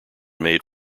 made